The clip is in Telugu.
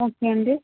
ఓకే అండి